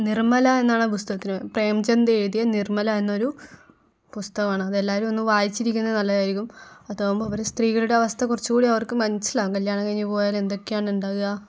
നിർമ്മല എന്നാണ് ആ പുസ്തകത്തിൻ്റെ പേര് പ്രേം ചന്ദ് എഴുതിയ നിർമ്മല എന്നൊരു പുസ്തകമാണത് അത് എല്ലാവരും ഒന്ന് വായിച്ചിരിക്കുന്നത് നല്ലതായിരിക്കും അതാകുമ്പോൾ അവരുടെ സ്ത്രീകളുടെ അവസ്ഥ കുറച്ചുകൂടി അവർക്ക് മനസ്സിലാകും കല്ല്യാണം കഴിഞ്ഞു പോയാലും എന്തൊക്കെയാണ് ഉണ്ടാവുക